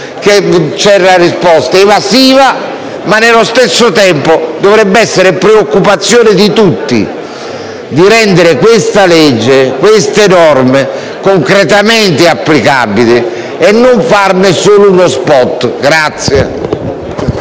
c'è una risposta evasiva, ma nello stesso tempo dovrebbe essere preoccupazione di tutti di rendere queste norme concretamente applicabili e non farne solo uno *spot*!